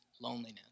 loneliness